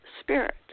Spirit